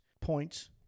points